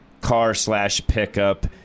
car-slash-pickup